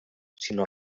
sinó